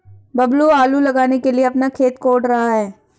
बबलू आलू लगाने के लिए अपना खेत कोड़ रहा है